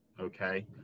okay